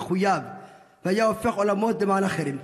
מחויב והיה הופך עולמות למען אחרים,